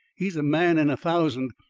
he's a man in a thousand.